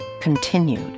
continued